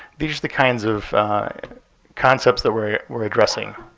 these are the kinds of concepts that we're we're addressing.